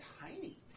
tiny